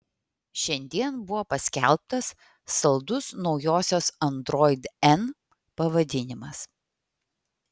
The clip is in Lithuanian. šiandien buvo paskelbtas saldus naujosios android n pavadinimas